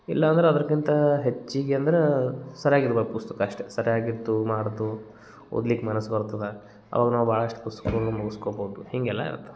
ಇಲ್ಲಾಂದ್ರೆ ಅದಕ್ಕಿಂತ ಹೆಚ್ಚಿಗೆ ಅಂದ್ರೆ ಸರ್ಯಾಗಿರ್ಬೇಕು ಪುಸ್ತಕ ಅಷ್ಟೇ ಸರಿಯಾಗಿತ್ತು ಮಾಡಿತು ಓದ್ಲಿಕ್ಕೆ ಮನಸ್ಸು ಬರ್ತದೆ ಅವಾಗ ನಾವು ಭಾಳಷ್ಟು ಪುಸ್ತಕಗಳು ಮುಗಿಸ್ಕೊಬೋದು ಹೀಗೆಲ್ಲ ಇರುತ್ತೆ